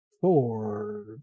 four